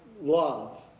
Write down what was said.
love